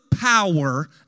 power